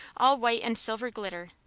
all white and silver glitter,